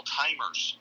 timers